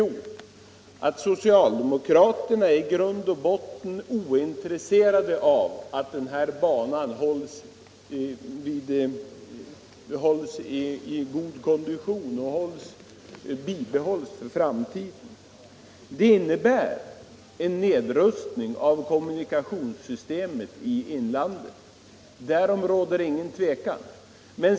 Jo, att socialdemokraterna i grund och botten är ointresserade av att den här banan hålls i god kondition och bevaras för framtiden. Det innebär en nedrustning av kommunikationssystemet i inlandet, därom råder inget tvivel.